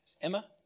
Emma